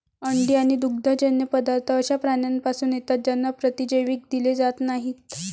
अंडी आणि दुग्धजन्य पदार्थ अशा प्राण्यांपासून येतात ज्यांना प्रतिजैविक दिले जात नाहीत